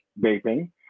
vaping